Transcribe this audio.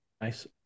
Nice